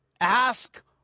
Ask